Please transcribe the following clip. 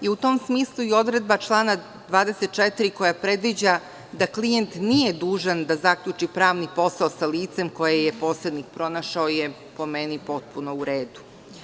U tom smislu i odredba člana 24. koja predviđa da klijent nije dužan da zaključi pravni posao sa licem koje je posrednik pronašao, po meni je potpuno u redu.